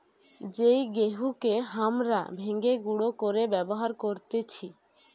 যেই গেহুকে হামরা ভেঙে গুঁড়ো করে ব্যবহার করতেছি